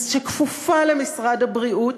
שכפופה למשרד הבריאות,